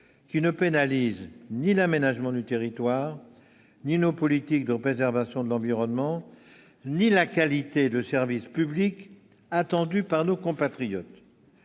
qui ne pénalise ni l'aménagement du territoire, ni nos politiques de préservation de l'environnement, ni la qualité de service public attendu par nos compatriotes.